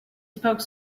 spoke